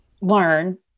learn